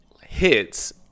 hits